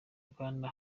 rwanda